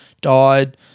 died